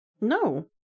No